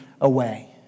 away